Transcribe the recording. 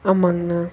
ஆமாங்கண்ணா